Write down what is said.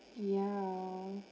yeah